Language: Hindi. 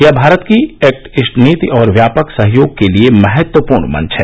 यह भारत की एक्ट ईस्ट नीति और व्यापक सहयोग के लिए महत्वपूर्ण मंच है